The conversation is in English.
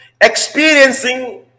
experiencing